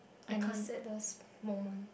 any saddest moment